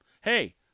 Hey